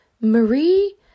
Marie